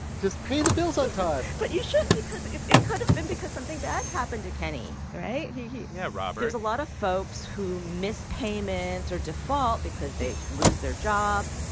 just pay the bills on time but you shouldn't because it it could have been because something bad happened to kenny, right? he. yeah, robert there's a lot of folks who miss payments or default because they lose their job,